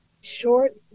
short